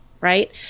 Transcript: right